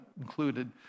included